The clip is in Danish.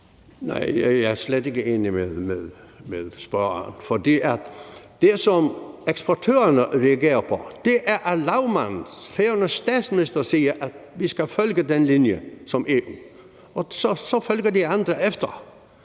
(SP): Jeg er slet ikke enig med spørgeren. For det, som eksportørerne reagerer på, er, at lagmanden, Færøernes statsminister, siger, at vi skal følge den linje, som EU har lagt. Så følger de andre efter.